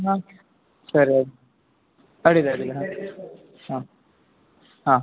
ಹಾಂ ಸರಿ ಆಯ್ತು ಅಡ್ಡಿಲ್ಲ ಅಡ್ಡಿಲ್ಲ ಹಾಂ ಹಾಂ ಹಾಂ